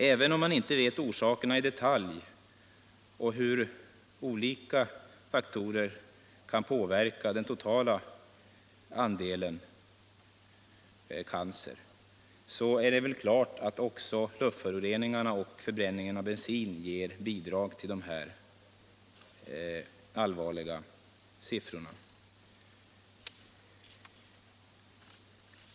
Även om man inte vet hur orsakerna i detalj är fördelade finns det stor anledning att anta att luftföroreningarna och förbränningen av bensin ger såväl cancer som genetiska verkningar.